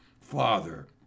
father